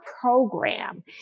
program